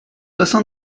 dix